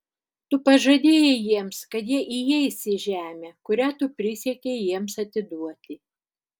tu pažadėjai jiems kad jie įeis į žemę kurią tu prisiekei jiems atiduoti